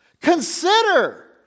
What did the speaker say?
Consider